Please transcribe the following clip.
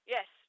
Yes